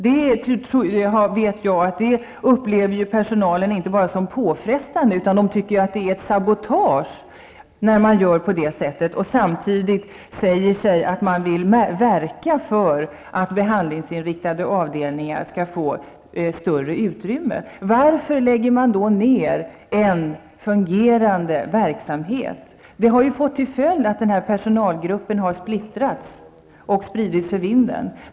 Jag vet att personalen upplever detta som inte bara påfrestande utan som ett sabotage samtidigt som man säger sig vilja verka för att behandlingsinriktade avdelningar skall få större utrymme. Varför lägger man ned en fungerande verksamhet? Följden har ju blivit den att personalgruppen har splittrats och spritts för vinden.